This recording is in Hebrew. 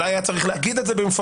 אולי היה צריך להגיד את זה כמפורש,